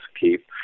keep